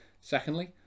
secondly